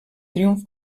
triomf